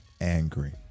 angry